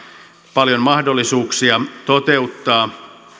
paljon mahdollisuuksia toteuttaa